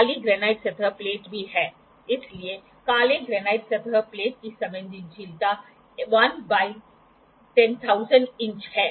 काली granite सतह plate भी है इसलिए काले ग्रेनाइट सतह प्लेट की संवेदनशीलता 1 बाय 10000 इंच है